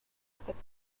effect